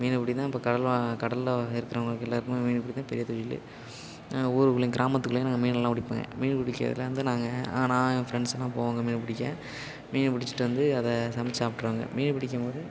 மீன் பிடிதான் இப்போ கடல் கடல்ல இருக்கிறவங்களுக்கு எல்லாருக்குமே மீன் பிடி தான் பெரிய தொழில் ஊருக்குள்ளேயும் கிராமத்துகுள்ளேயும் நாங்கள் மீன்லாம் பிடிப்பேங்க மீன் பிடிக்கிறதுல வந்து நாங்கள் நான் என் ஃப்ரெண்ட்ஸ்லாம் போவாங்க மீனை பிடிக்க மீன் பிடிச்சிட்டு வந்து அதை சமைச்சி சாப்பிட்ருவாங்க மீன் பிடிக்கும்போது